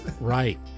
Right